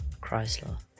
Chrysler